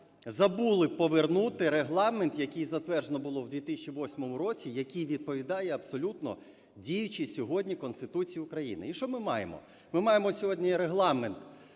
забули повернути Регламент, який затверджено було в 2008 році, який відповідає абсолютно діючій сьогодні Конституції України. І що ми маємо? Ми маємо сьогодні Регламент,